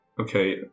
Okay